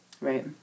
right